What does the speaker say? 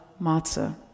matzah